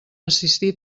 assistir